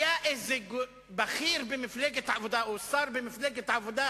היה איזה בכיר במפלגת העבודה או שר במפלגת העבודה